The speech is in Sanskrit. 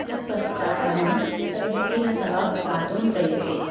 तत् पश्चात् अहं सङ्गीतेन सह गातुं प्रयते